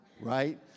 right